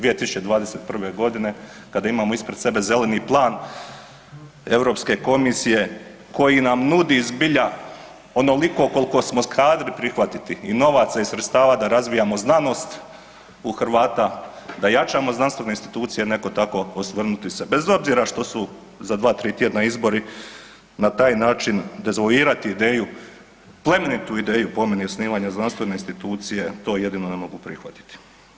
2021. g., kada imamo ispred sebe Zeleni plan EU komisije koji nam nudi zbilja onoliko koliko smo kadri prihvatiti i novaca i sredstava da razvijamo znanost, u Hrvata, da jačamo znanstvene institucije, netko tako, osvrnuti se, bez obzira što su za 2, 3 tjedna izbori, na taj način dezavuirati ideju, plemenitu ideju, po meni, osnivanja znanstvene institucije, to jedino ne mogu prihvatiti.